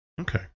Okay